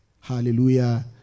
hallelujah